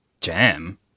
Jam